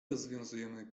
rozwiązujemy